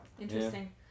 interesting